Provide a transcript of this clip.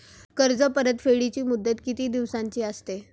कर्ज परतफेडीची मुदत किती दिवसांची असते?